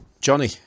johnny